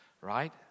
right